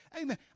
Amen